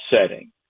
setting